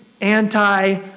anti